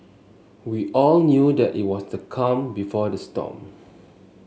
we all knew that it was the calm before the storm